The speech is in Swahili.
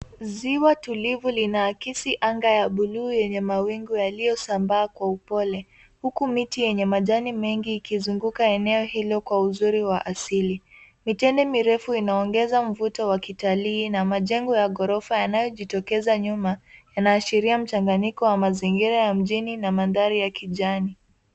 Ziwa tulivu linaakisi anga ya bluu yenye mawingu yaliyosambaa kwa upole huku miti yenye majani mengi ikizunguka eneo hilo kwa uzuri wa asili. Mitende mirefu inaongeza mvuto wa kitalii na majengo ya ghorofa yanayojitokeza nyuma yanaashiria mchanganyiko wa mazingira ya mjini na mandhari ya kijani.